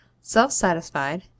self-satisfied